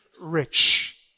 rich